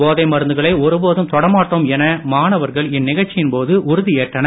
போதை மருந்துகளை ஒரு போதும் தொடமாட்டோம் என மாணவர்கள் இந்நிகழ்ச்சியின் போது உறுதி ஏற்றனர்